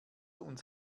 uns